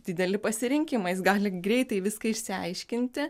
didelį pasirinkimą jis gali greitai viską išsiaiškinti